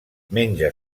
menja